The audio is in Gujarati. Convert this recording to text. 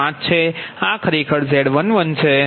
5 છે આ ખરેખરZ11 છે